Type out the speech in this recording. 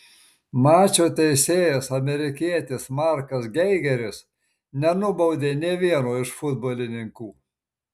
mačo teisėjas amerikietis markas geigeris nenubaudė nė vieno iš futbolininkų